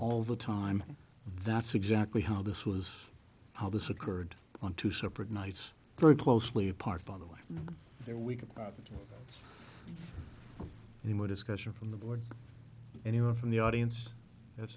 all the time that's exactly how this was how this occurred on two separate nights very closely apart by the way they're weak about you know discussion from the board anyone from the audience